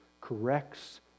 corrects